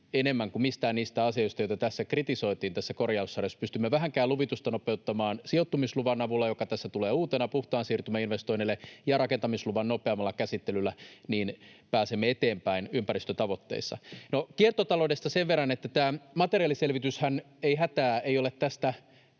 enemmän kuin mistään niistä asioista, joista tätä korjaussarjaa kritisoitiin. Jos pystymme vähänkään luvitusta nopeuttamaan sijoittamisluvan avulla, joka tässä tulee uutena puhtaan siirtymän investoinneille, ja rakentamisluvan nopeammalla käsittelyllä, niin pääsemme eteenpäin ympäristötavoitteissa. Kiertotaloudesta sen verran, että ei hätää, tämä materiaaliselvityshän ei ole tästä